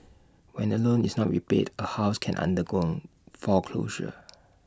when A loan is not repaid A house can undergo foreclosure